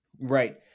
Right